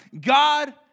God